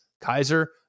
Kaiser